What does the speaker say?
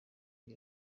ngo